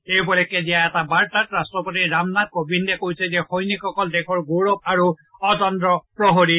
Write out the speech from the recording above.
এই উপলক্ষে দিয়া বাৰ্তাত ৰাট্টপতি ৰামনাথ কোবিন্দে কয় যে সৈনিকসকল দেশৰ গৌৰৱ আৰু অতন্ত্ৰ প্ৰহৰী